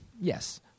Yes